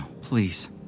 please